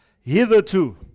Hitherto